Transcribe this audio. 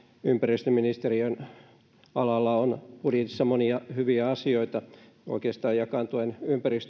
ympäristöministeriön alalla on budjetissa monia hyviä asioita oikeastaan jakaantuen